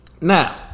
Now